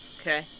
Okay